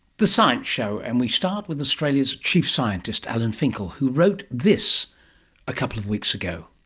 the science show. and we start with australia's chief scientist alan finkel who wrote this a couple of weeks ago.